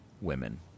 women